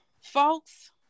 folks